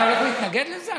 אתה הולך להתנגד לזה?